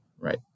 right